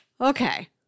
Okay